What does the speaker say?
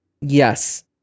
Yes